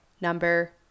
number